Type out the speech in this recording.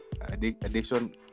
addition